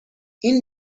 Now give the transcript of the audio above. این